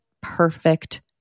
perfect